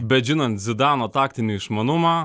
bet žinant zidano taktinį išmanumą